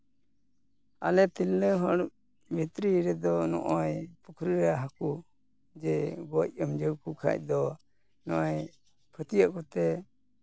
ᱟᱞᱮ ᱛᱤᱨᱞᱟᱹ ᱦᱚᱲ ᱵᱷᱤᱛᱨᱤ ᱨᱮᱫᱚ ᱱᱚᱜᱼᱚᱭ ᱯᱩᱠᱷᱨᱤ ᱨᱮ ᱦᱟ ᱠᱩ ᱡᱮ ᱜᱚᱡ ᱟᱹᱢᱡᱷᱟᱹᱣ ᱠᱚ ᱠᱷᱟᱡ ᱫᱚ ᱱᱚᱜᱼᱚᱭ ᱯᱷᱟᱹᱛᱤᱭᱟᱹᱜ ᱠᱚᱛᱮ